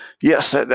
yes